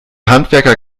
handwerker